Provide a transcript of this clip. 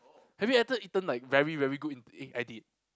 have you ate eaten like very very good Ind~ eh I did